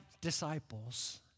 disciples